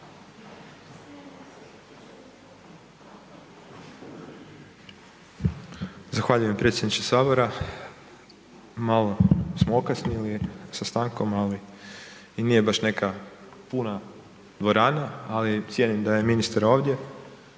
Zahvaljujem predsjedniče Sabora. Malo smo okasnili sa stankom, ali i nije baš neka puna dvorana, ali cijenim da je ministar ovdje,